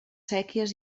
séquies